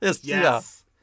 Yes